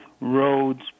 roads